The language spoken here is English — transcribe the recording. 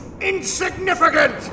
INSIGNIFICANT